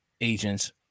agents